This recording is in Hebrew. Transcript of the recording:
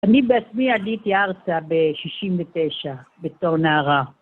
אני בעצמי עליתי ארצה ב-69', בתור נערה.